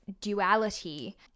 duality